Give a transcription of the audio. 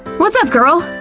what's up, girl?